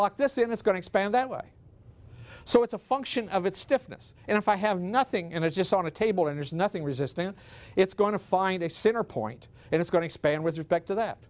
lock this in it's going to expand that way so it's a function of it's stiffness and if i have nothing and it's just on a table and there's nothing resistant it's going to find a center point and it's going to expand with respect to that